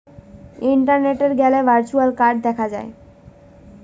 ইন্টারনেটে গ্যালে virtual card দেখা যায়